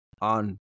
on